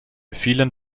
vielen